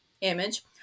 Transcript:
image